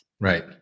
Right